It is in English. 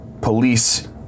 police